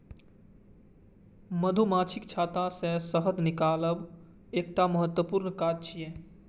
मधुमाछीक छत्ता सं शहद निकालब एकटा महत्वपूर्ण काज छियै